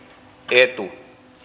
etu